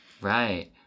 Right